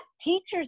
teachers